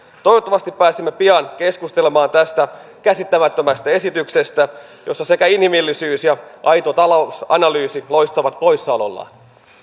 toivottavasti pääsemme pian keskustelemaan tästä käsittämättömästä esityksestä jossa sekä inhimillisyys että aito talousanalyysi loistavat poissaolollaan